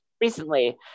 recently